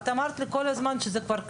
את אמרת לי כל הזמן שזה כבר קיים.